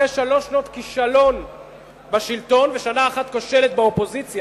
אחרי שלוש שנות כישלון בשלטון ושנה אחת כושלת באופוזיציה,